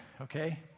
okay